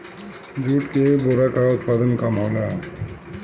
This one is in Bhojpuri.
जूट के बोरा के उत्पादन कम होला